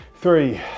three